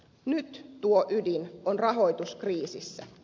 nyt tuo ydin on rahoituskriisissä